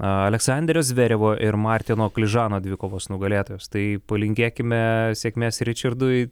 aleksanderio zverevo ir martino kližano dvikovos nugalėtojas tai palinkėkime sėkmės ričardui